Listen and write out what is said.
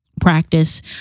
practice